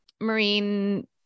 marine